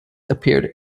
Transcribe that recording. appeared